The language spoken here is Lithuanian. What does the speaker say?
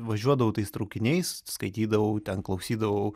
važiuodavau tais traukiniais skaitydavau ten klausydavau